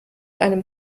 einem